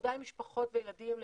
עבודה עם משפחות וילדים.